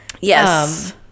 Yes